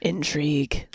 Intrigue